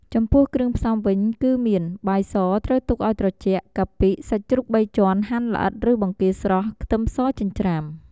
ចំពោះគ្រឿងផ្សំវិញគឺមាន បាយសត្រូវទុកឱ្យត្រជាក់ កាពិ សាច់ជ្រូកបីជាន់ហាន់ល្អិតឬបង្គាស្រស់ ខ្ទឹមសចិញ្ច្រាំ។